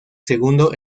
segundo